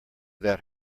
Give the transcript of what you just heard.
that